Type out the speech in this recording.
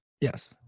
Yes